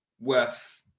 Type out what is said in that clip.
worth